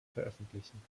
veröffentlichen